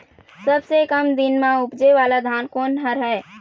सबसे कम दिन म उपजे वाला धान कोन हर ये?